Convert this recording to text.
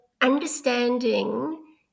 understanding